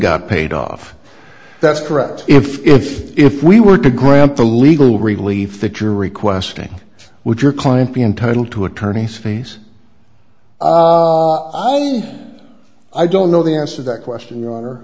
got paid off that's correct if if if we were to grant the legal relief that you're requesting would your client be entitled to attorney's fees i don't know the answer that question your honor